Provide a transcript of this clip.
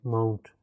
Mount